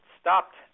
stopped